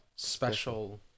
Special